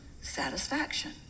Satisfaction